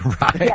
right